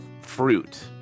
fruit